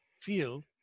feel